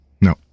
No